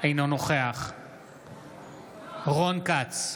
אינו נוכח רון כץ,